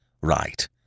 right